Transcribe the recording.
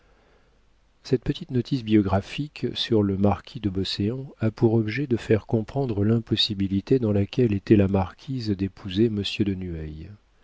cette petite notice biographique sur le marquis de beauséant a pour objet de faire comprendre l'impossibilité dans laquelle était la marquise d'épouser monsieur de